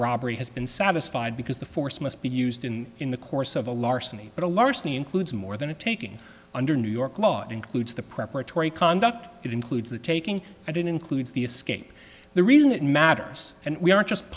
robbery has been satisfied because the force must be used in in the course of a larceny but a larceny includes more than a taking under new york law includes the preparatory conduct that includes the taking i did includes the escape the reason that matters and we aren't just